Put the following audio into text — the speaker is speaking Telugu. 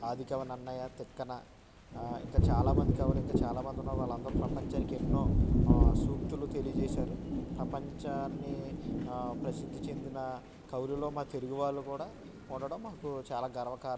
ఆది కవి నన్నయ తిక్కన ఇంకా చాలామంది కవులు ఇంకా చాలా మంది ఉన్నారు వాళ్ళు అందరూ ప్రపంచానికి ఎన్నో సూక్తులు తెలియజేసారు ప్రపంచాన్ని ప్రసిద్ధి చెందిన కవులలో మా తెలుగు వాళ్ళు కూడా ఉండటం కూడా చాలా గర్వ కారణం